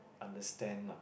understand lah